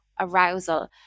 arousal